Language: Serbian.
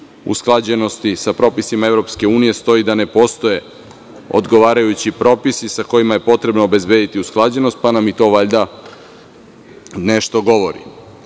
usklađenosti sa propisima EU stoji da ne postoje odgovarajući propisi sa kojima je potrebno obezbediti usklađenost, pa nam i to valjda nešto govori.S